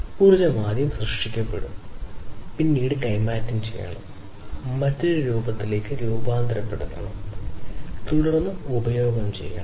ഊർജ്ജം ആദ്യം സൃഷ്ടിക്കപ്പെടണം പിന്നീട് കൈമാറ്റം ചെയ്യണം മറ്റൊരു രൂപത്തിലേക്ക് രൂപാന്തരപ്പെടുത്തണം തുടർന്ന് ഉപഭോഗം ചെയ്യണം